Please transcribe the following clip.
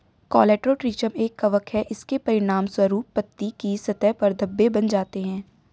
Colletotrichum एक कवक है, इसके परिणामस्वरूप पत्ती की सतह पर धब्बे बन जाते हैं